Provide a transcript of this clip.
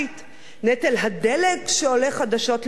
נטל הדלק שעולה חדשות לבקרים.